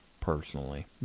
personally